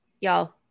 y'all